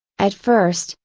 at first,